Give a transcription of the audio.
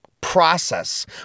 process